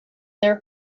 their